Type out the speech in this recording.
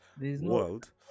world